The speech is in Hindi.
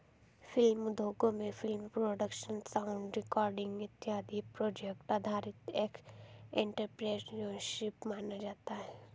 फिल्म उद्योगों में फिल्म प्रोडक्शन साउंड रिकॉर्डिंग इत्यादि प्रोजेक्ट आधारित एंटरप्रेन्योरशिप माना जाता है